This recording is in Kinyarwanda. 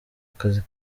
akazi